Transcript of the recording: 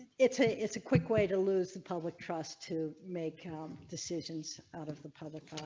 it's ah it's a quick way to lose the public trust to make decisions out of the public